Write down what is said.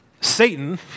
Satan